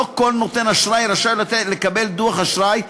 לא כל נותן אשראי רשאי לקבל דוח אשראי,